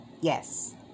yes